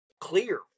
clear